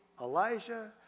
Elijah